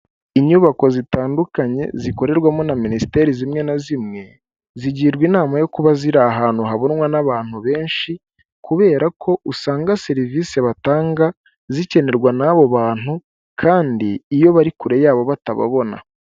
Inyubako zitandukanye zikorerwamo na minisiteri zimwe na zimwe, zigirwa inama yo kuba ziri ahantu habonwa n'abantu benshi, kubera ko usanga serivise batanga zikenerwa n'abo bantu, kandi iyo bari kure yabo batababona.